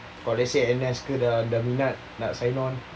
kalau let's say N_S ke dah dah minat nak sign on